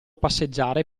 passeggiare